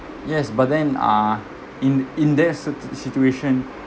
yes but then uh in in that sit~ situation